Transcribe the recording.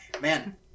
Man